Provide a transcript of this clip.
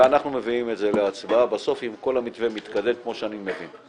ואנחנו מביאים את זה להצבעה בסוף אם כל המתווה מתקדם כמו שאני מבין.